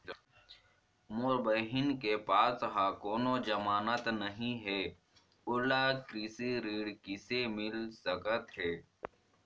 मोर बहिन के पास ह कोनो जमानत नहीं हे, ओला कृषि ऋण किसे मिल सकत हे?